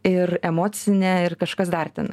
ir emocinė ir kažkas dar ten